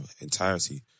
entirety